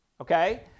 Okay